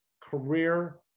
career